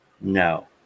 No